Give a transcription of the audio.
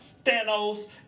Thanos